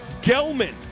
Gelman